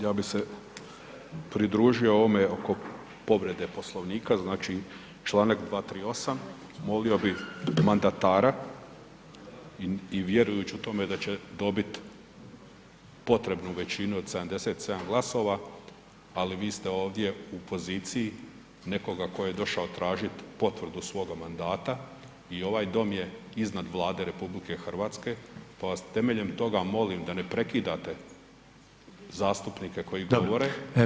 Ja bi se pridružio ovome oko povrede Poslovnika, znači Članak 238. molio bi mandatara i vjerujući u tome da će dobiti potrebnu većinu od 77 glasova, ali vi ste ovdje u poziciji nekoga tko je došao tražiti potvrdu svoga mandata i ovaj dom je iznad Vlade RH pa vas temeljem toga molim da ne prekidate zastupnike koji govore.